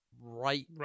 right